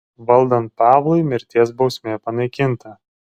valdant pavlui mirties bausmė panaikinta